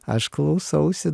aš klausausi